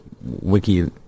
wiki